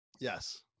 Yes